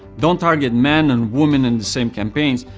don't target man and woman in the same campaigns,